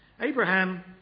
Abraham